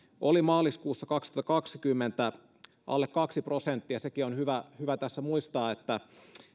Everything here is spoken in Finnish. oli maaliskuussa kaksituhattakaksikymmentä alle kaksi prosenttia sekin on hyvä hyvä tässä muistaa että